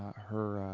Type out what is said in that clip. her, ah,